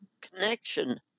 connection